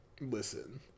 listen